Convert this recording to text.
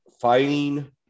fighting